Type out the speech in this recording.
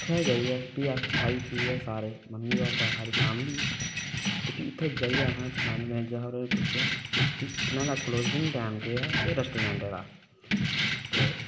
उत्थै जाइयै फ्ही अस खाई पियै सारे मम्मी पापा सारी फैमली ते फ्ही उत्थै जाइयै सारी फैमली मनैजर होरें गी पुच्छेआ कि कलोजिंग टाइम केह् ऐ थुआढ़ा ते